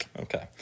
Okay